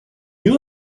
you